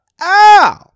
Ow